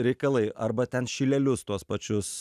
reikalai arba ten šilelius tuos pačius